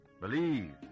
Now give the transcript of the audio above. Believe